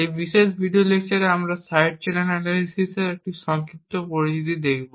এই বিশেষ ভিডিও লেকচারে আমরা সাইড চ্যানেল অ্যানালাইসিসের একটি সংক্ষিপ্ত পরিচিতি দেখব